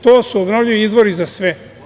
To su obnovljivi izvori za sve.